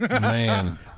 man